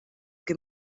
que